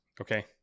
Okay